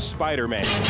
Spider-Man